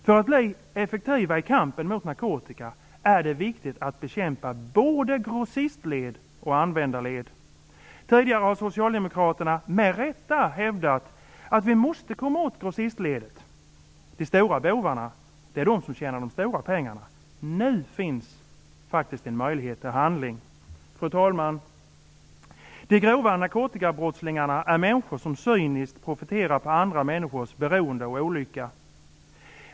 För att man skall bli effektiv i kampen mot narkotika är det viktigt att man bekämpar både grossistled och användarled. Tidigare har Socialdemokraterna, med rätta, hävdat att vi måste komma åt grossistledet. De stora bovarna är de som tjänar de stora pengarna. Nu finns faktiskt en möjlighet till handling. Fru talman! De grova narkotikabrottslingarna är människor som cyniskt profiterar på andra människors beroende och olycka.